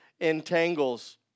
entangles